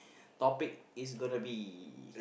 topic is gonna be